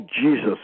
Jesus